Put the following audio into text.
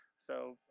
so,